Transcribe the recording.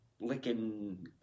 licking